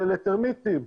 לטרמיטים.